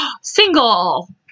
single